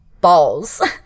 balls